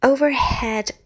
Overhead